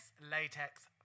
latex